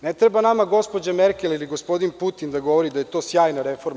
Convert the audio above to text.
Ne treba nama gospođa Merkel ili gospodin Putin da govori da je to sjajna reforma.